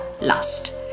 last